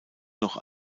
noch